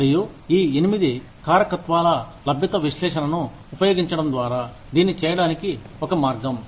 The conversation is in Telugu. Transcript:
మరియు ఈ 8 కారకత్వాల లభ్యత విశ్లేషణను ఉపయోగించడం ద్వారా దీన్ని చేయడానికి ఒక మార్గం